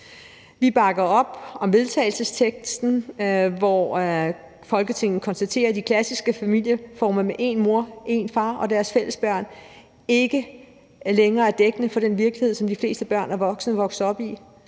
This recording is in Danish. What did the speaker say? Vi bakker op om vedtagelsesteksten, hvor Folketinget konstaterer, at de klassiske familieformer med en mor og en far og deres fælles børn ikke længere er dækkende for den virkelighed, som de fleste børn og voksne er vokset op i.